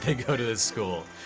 go to the school.